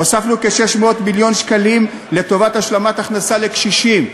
הוספנו כ-600 מיליון שקלים לטובת השלמת הכנסה לקשישים.